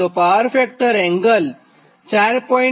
તો power factor angle 4